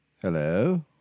Hello